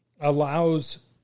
allows